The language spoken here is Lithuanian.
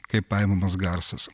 kaip paimamas garsas